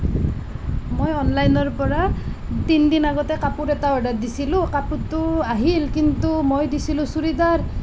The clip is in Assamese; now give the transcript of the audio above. মই অনলাইনৰ পৰা তিনি দিন আগতে কাপোৰ এটা অৰ্ডাৰ দিছিলোঁ কাপোৰটো আহিল কিন্তু মই দিছিলোঁ চুৰিদাৰ